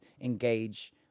engage